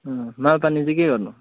अँ मालपानी चाहिँ के गर्नु